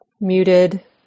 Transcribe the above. muted